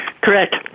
Correct